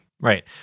Right